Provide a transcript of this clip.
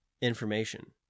Information